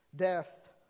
Death